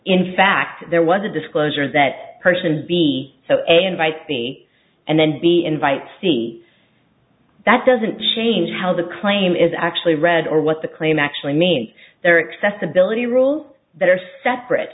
in fact there was a disclosure is that person b so a invite b and then the invite see that doesn't change how the claim is actually read or what the claim actually meet their excess ability rules that are separate